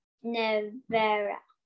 nevera